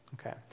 Okay